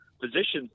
positions